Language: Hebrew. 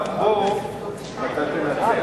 גם בו אתה תנצח.